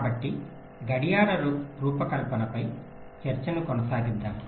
కాబట్టి గడియార రూపకల్పనపై చర్చను కొనసాగిద్దాం